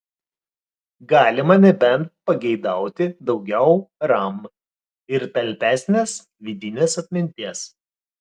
galima nebent pageidauti daugiau ram ir talpesnės vidinės atminties